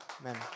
Amen